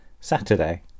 Saturday